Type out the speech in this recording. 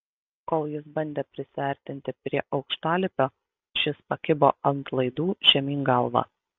kol jis bandė prisiartinti prie aukštalipio šis pakibo ant laidų žemyn galva